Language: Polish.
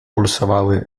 pulsowały